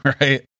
right